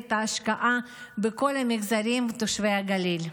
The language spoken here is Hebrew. את ההשקעה בכל המגזרים של תושבי הגליל.